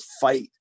fight